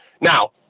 now